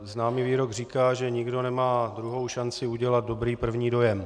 Známý výrok říká, že nikdo nemá druhou šanci udělat dobrý první dojem.